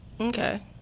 Okay